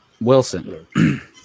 Wilson